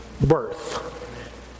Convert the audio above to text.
birth